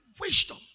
wisdom